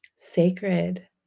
sacred